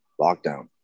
lockdown